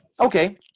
Okay